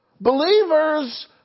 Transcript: Believers